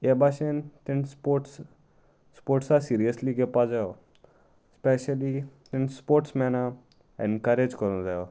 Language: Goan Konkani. हे भाशेन ते स्पोर्ट्स स्पोर्ट्सा सिरियसली घेवपा जायो स्पेशली ते स्पोर्ट्स मेना एनकेज करूंक जायो